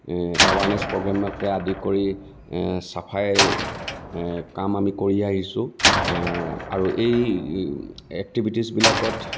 awareness প্ৰগেমকে আদি কৰি চাফাই কাম আমি কৰি আহিছোঁ আৰু এই একটিভিটিজ বিলাকত